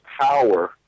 power